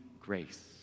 grace